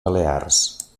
balears